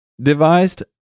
devised